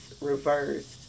reversed